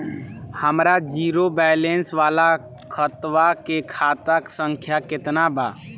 हमार zero balance वाला खतवा के खाता संख्या केतना बा?